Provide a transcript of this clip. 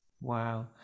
Wow